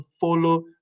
follow